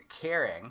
caring